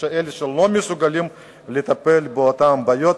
כאלה שלא מסוגלים לטפל באותן הבעיות.